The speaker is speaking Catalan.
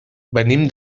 venim